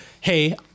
Hey